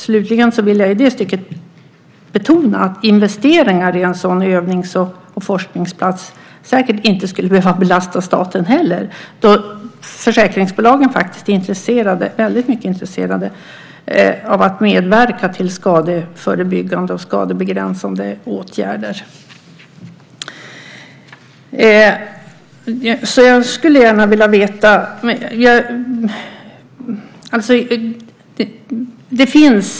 Slutligen vill jag i det stycket betona att investeringar i en sådan övnings och forskningsplats säkert inte skulle behöva belasta staten heller då försäkringsbolagen faktiskt är väldigt intresserade av att medverka till skadeförebyggande och skadebegränsande åtgärder.